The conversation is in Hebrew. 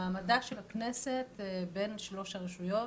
מעמדה של הכנסת בין שלוש הרשויות